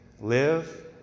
Live